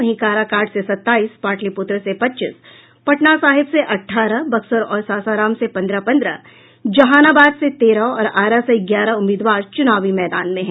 वहीं काराकाट से सताईस पाटिलपुत्र से पच्चीस पटना साहिब से अठारह बक्सर और सासाराम से पंद्रह पंद्रह जहानाबाद से तेरह और आरा से ग्यारह उम्मीदवार चुनावी मैदान में हैं